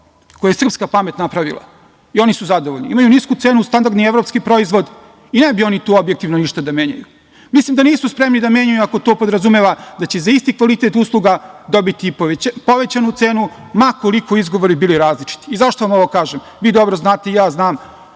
koji je srpska pamet napravila i oni su zadovoljni. Imaju nisku cenu standardni evropski proizvod i ne bi oni tu objektivno ništa da menjaju. Mislim da nisu spremni da menjaju ako to podrazumeva da će za isti kvalitet usluga dobiti povećanu cenu, ma koliko izgovori bili različiti. Zašto vam ovo kažem? Vi dobro znate i ja znam